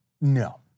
No